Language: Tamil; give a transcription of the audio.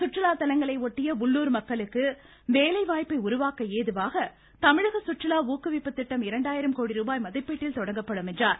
சுற்றுலா தலங்களை ஒட்டிய உள்ளுர் மக்களுக்கு வேலைவாய்ப்பை உருவாக்க ஏதுவாக தமிழக சுற்றுலா ஊக்குவிப்பு திட்டம் இரண்டாயிரம் கோடி ரூபாய் மதிப்பீட்டில் தொடங்கப்படும் என்றார்